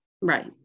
Right